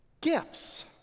gifts